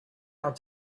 out